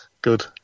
Good